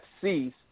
cease